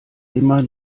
immer